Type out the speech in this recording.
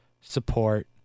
support